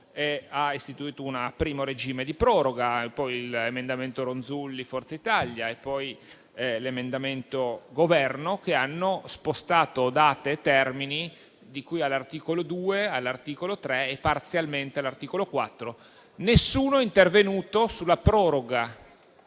stabilendo un primo regime di proroga; poi, sono intervenuti l'emendamento Ronzulli di Forza Italia e quindi l'emendamento del Governo, che hanno spostato data e termini di cui all'articolo 2, all'articolo 3 e parzialmente all'articolo 4. Nessuno è intervenuto sulla proroga